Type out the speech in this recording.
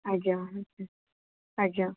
ଆଜ୍ଞା ଆଜ୍ଞା